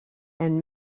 and